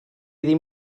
ddim